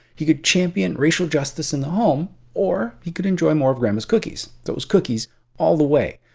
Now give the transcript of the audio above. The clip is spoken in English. he could champion racial justice in the home or he could enjoy more of grandmas cookies. so it was cookies all the way.